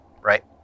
right